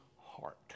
heart